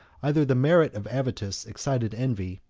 either the merit of avitus excited envy,